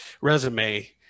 resume